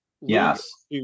Yes